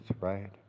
right